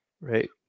right